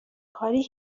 کاری